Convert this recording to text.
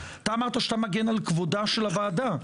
שאתה מגן על כבודה של הוועדה,